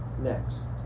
next